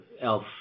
Elf